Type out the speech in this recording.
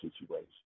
situation